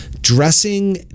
Dressing